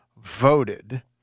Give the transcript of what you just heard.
voted